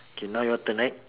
K now your turn right